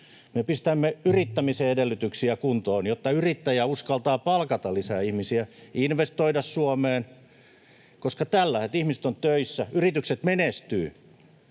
Me pistämme yrittämisen edellytyksiä kuntoon, jotta yrittäjä uskaltaa palkata lisää ihmisiä ja investoida Suomeen, koska kun ihmiset ovat töissä ja yritykset menestyvät,